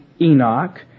Enoch